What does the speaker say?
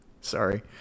Sorry